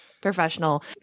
professional